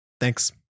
Thanks